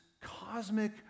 cosmic